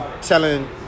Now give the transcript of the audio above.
telling